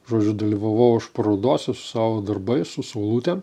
žodžiu dalyvavau aš parodose savo darbais su saulutėm